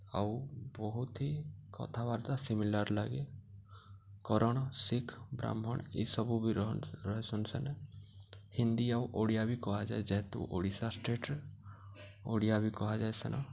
ଆଉ ବହୁତ୍ ହି କଥାବାର୍ତ୍ତା ସିମିଲାର୍ ଲାଗେ କରଣ୍ ଶିଖ୍ ବ୍ରାହ୍ମଣ୍ ଏଇସବୁ ବି ରହେସନ୍ ସେନ ହିନ୍ଦୀ ଆଉ ଓଡ଼ିଆ ବି କୁହାଯାଏ ଯେହେତୁ ଓଡ଼ିଶା ଷ୍ଟେଟ୍ରେ ଓଡ଼ିଆ ବି କୁହାଯାଏ ସେନ